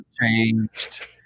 changed